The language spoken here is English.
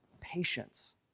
patience